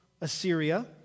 Assyria